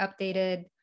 updated